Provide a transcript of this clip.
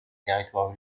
territoires